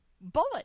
Bullet